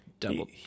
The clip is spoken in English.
double